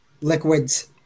liquids